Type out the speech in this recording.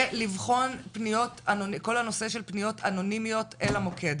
ולבחון את כל הנושא של פניות אנונימיות אל המוקד.